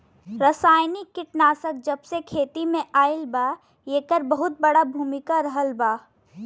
रासायनिक कीटनाशक जबसे खेती में आईल बा येकर बहुत बड़ा भूमिका रहलबा